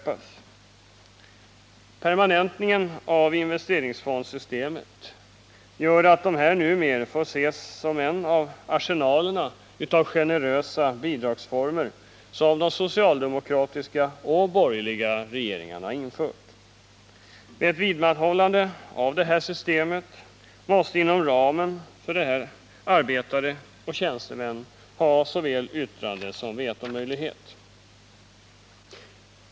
Permanentningen av investeringsfondssystemet gör att detta numera får ses som ett system i de arsenaler av generösa bidragsformer som de socialdemokratiska och borgerliga regeringarna infört. Vid ett vidmakthållande av detta system måste inom ramen för detta arbetare och tjänstemän ha såväl yttrandesom vetomöjlighet.